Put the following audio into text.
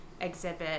exhibit